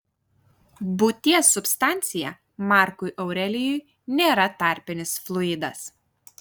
būties substancija markui aurelijui nėra tarpinis fluidas